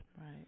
Right